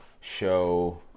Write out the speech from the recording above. show